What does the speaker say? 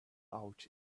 out